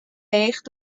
leech